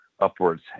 upwards